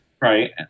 Right